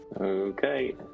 Okay